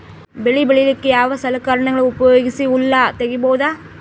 ಬೆಳಿ ಬಳಿಕ ಯಾವ ಸಲಕರಣೆಗಳ ಉಪಯೋಗಿಸಿ ಹುಲ್ಲ ತಗಿಬಹುದು?